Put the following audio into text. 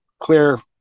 clear